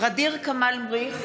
ע'דיר כמאל מריח,